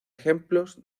ejemplos